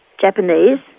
Japanese